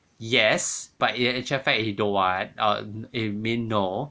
yes but in actual fact you don't want or you mean no